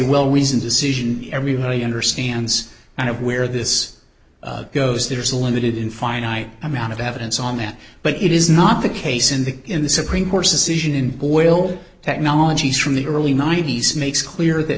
well reasoned decision everybody understands kind of where this goes there's a limited in finite amount of evidence on that but it is not the case in the in the supreme court's decision in boyle technologies from the early ninety's makes clear that